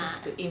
ah